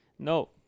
No